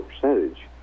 percentage